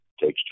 takes